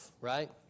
right